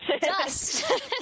Dust